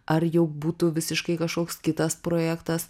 ar jau būtų visiškai kažkoks kitas projektas